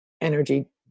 energy